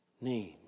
name